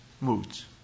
moods